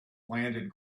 landed